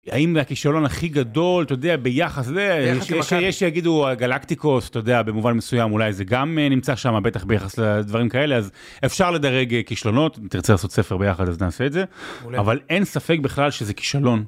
האם הכישלון הכי גדול אתה יודע ביחס זה שיגידו הגלקטיקוס אתה יודע במובן מסוים אולי זה גם נמצא שם בטח ביחס לדברים כאלה אז אפשר לדרג כישלונות אם תרצה לעשות ספר ביחד אז נעשה את זה אבל אין ספק בכלל שזה כישלון.